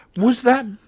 was that,